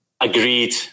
agreed